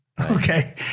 Okay